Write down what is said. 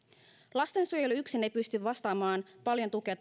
lastensuojelu yksin ei pysty vastaamaan paljon tukea